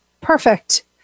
Perfect